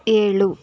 ಏಳು